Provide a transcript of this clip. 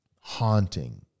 haunting